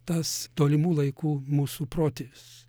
tas tolimų laikų mūsų protėvis